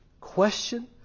question